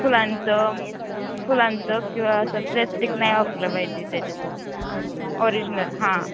फुलांचं फुलांचं किंवा असं प्लेस्टिक नाही वापरलं पाहिजे त्याच्यात ओरिजिनल हां